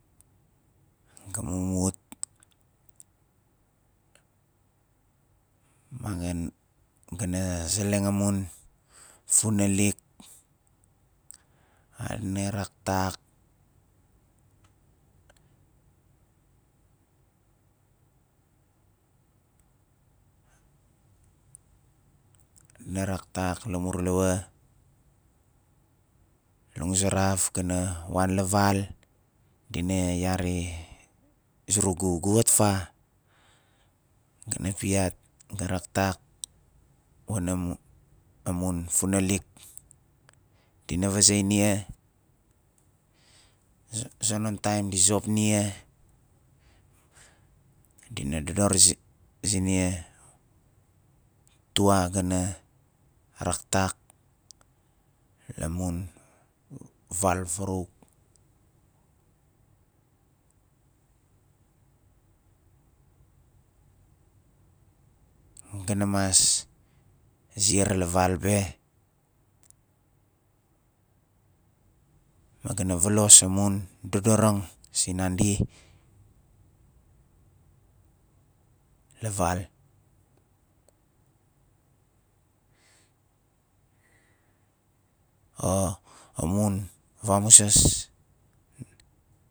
Ga mumut magan ga na zeleng amun funalk ma dina raktak dina raktak lamur lawo languzaraf gana wan la val dins yari zurugu gu wat fa?" Ga na piat "ga raktak wana mu- amun funalik dina vaze nia a zonon taim di zop nia dina dodor zi- zi nia tua ga na raktak la mun val varawuk ga na mas ziar la val be ma ga na volas amun dodorang sinandi la val a- amun vamuzas